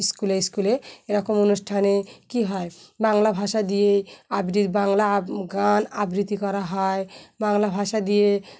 স্কুলে স্কুলে এরকম অনুষ্ঠানে কী হয় বাংলা ভাষা দিয়েই আবৃত্তি বাংলা গান আবৃত্তি করা হয় বাংলা ভাষা দিয়ে